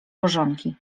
korzonki